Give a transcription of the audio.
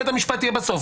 בית המשפט יהיה בסוף.